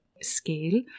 scale